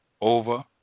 over